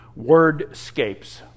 wordscapes